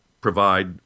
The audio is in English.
provide